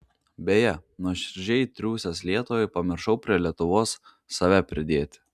beje nuoširdžiai triūsęs lietuvai pamiršau prie lietuvos save pridėti